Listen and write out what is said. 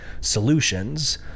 solutions